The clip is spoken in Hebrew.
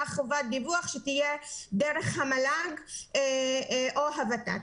חובת דיווח שתהיה דרך המל"ג או הות"ת.